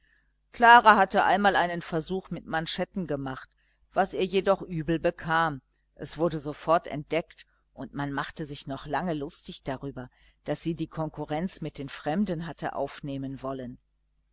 klara hatte einmal einen versuch mit manschetten gemacht was ihr jedoch übel bekam es wurde sofort entdeckt und man machte sich noch lange lustig darüber daß sie die konkurrenz mit den fremden hatte aufnehmen wollen